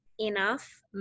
enough